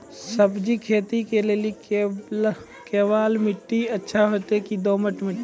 सब्जी खेती के लेली केवाल माटी अच्छा होते की दोमट माटी?